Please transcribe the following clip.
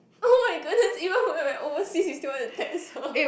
oh my goodness even when we're overseas you still want to text her